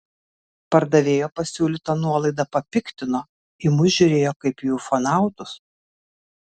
pardavėjo pasiūlyta nuolaida papiktino į mus žiūrėjo kaip į ufonautus